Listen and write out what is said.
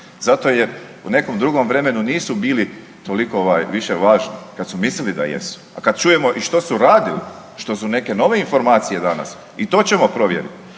zato jer u nekom drugom vremenu nisu bili toliko ovaj više važni kad su mislili da jesu. Kad čujemo i što su radili, što su neke nove informacije danas i to ćemo provjeriti